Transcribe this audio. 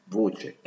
voce